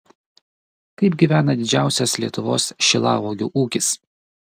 kaip gyvena didžiausias lietuvos šilauogių ūkis